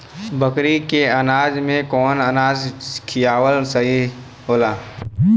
बकरी के अनाज में कवन अनाज खियावल सही होला?